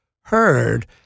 heard